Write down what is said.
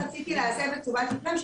רציתי להסב את תשומת לבכם,